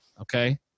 Okay